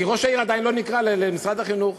כי ראש העיר עדיין לא נקרא למשרד החינוך.